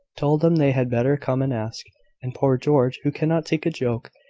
told them they had better come and ask and poor george, who cannot take a joke,